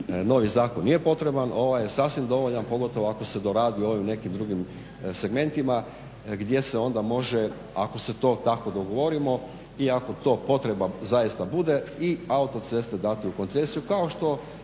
novi zakon nije potreban. Ovaj je sasvim dovoljan pogotovo ako se doradi u ovim nekim drugim segmentima gdje se onda može, ako se to tako dogovorimo i ako to potreba zaista bude i autoceste dati u koncesiju kao što